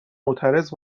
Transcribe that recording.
معترض